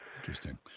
Interesting